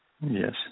Yes